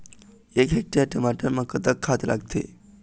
एक हेक्टेयर टमाटर म कतक खाद लागथे?